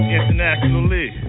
internationally